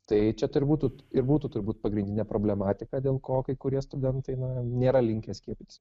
tai čia turbūt ir būtų turbūt pagrindinė problematika dėl ko kai kurie studentai na nėra linkę skiepytis